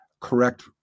correct